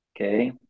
okay